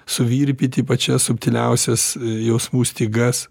suvirpyti pačias subtiliausias jausmų stygas